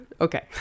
okay